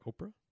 oprah